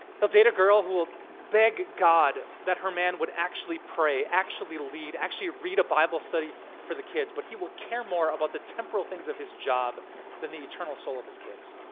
he'll date a girl who will beg god that her man would actually pray, actually lead, actually read a bible study for the kids but he will care more about the temporal things of his job than the eternal soul of his kids.